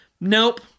nope